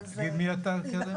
מי אתה, תזכיר לי?